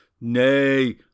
Nay